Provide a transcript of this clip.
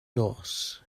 nos